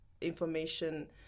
information